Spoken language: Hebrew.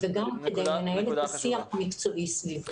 וגם כדי לנהל את השיח המקצועי סביב זה.